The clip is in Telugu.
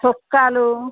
చొక్కాలు